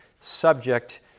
subject